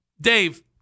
dave